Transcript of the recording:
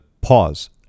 pause